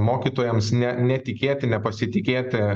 mokytojams ne netikėti nepasitikėti